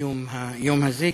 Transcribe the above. קיום היום הזה,